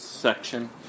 section